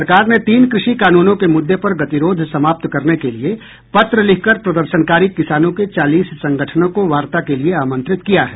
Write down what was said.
सरकार ने तीन क्रषि कानूनों के मुद्दे पर गतिरोध समाप्त करने के लिए पत्र लिखकर प्रदर्शनकारी किसानों के चालीस संगठनों को वार्ता के लिए आमंत्रित किया है